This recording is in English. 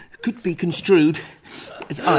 could be construed as